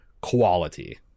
quality